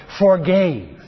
forgave